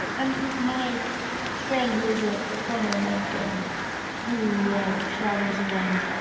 and my friend, who is a former monk and who travels around